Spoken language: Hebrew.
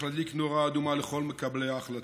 להדליק נורה אדומה לכל מקבלי ההחלטות.